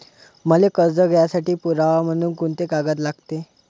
मले कर्ज घ्यासाठी पुरावा म्हनून कुंते कागद लागते?